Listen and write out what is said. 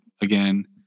again